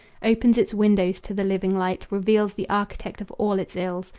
opens its windows to the living light, reveals the architect of all its ills,